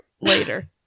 later